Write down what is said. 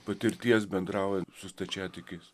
patirties bendraujant su stačiatikiais